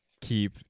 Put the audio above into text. keep